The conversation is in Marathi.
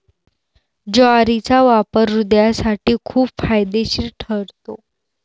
ज्वारीचा वापर हृदयासाठी खूप फायदेशीर ठरतो